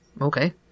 Okay